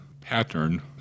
pattern